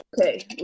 okay